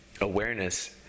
Awareness